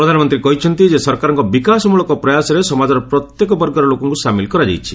ପ୍ରଧାନମନ୍ତ୍ରୀ କହିଛନ୍ତି ଯେ ସରକାରଙ୍କ ବିକାଶମୂଳକ ପ୍ରୟାସରେ ସମାଜର ପ୍ରତ୍ୟେକ ବର୍ଗର ଲୋକଙ୍କୁ ସାମିଲ କରାଯାଇଛି